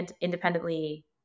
independently